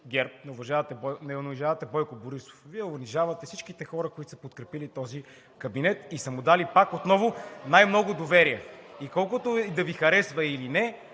ГЕРБ, не унижавате Бойко Борисов, Вие унижавате всичките хора, които са подкрепили този кабинет и са му дали пак отново най-много доверие. Колкото и да Ви харесва или не,